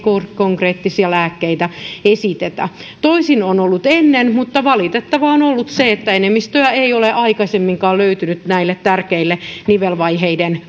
konkreettisia lääkkeitä esitetä toisin on ollut ennen mutta valitettavaa on on ollut se että enemmistöä ei ole aikaisemminkaan löytynyt näille tärkeille nivelvaiheiden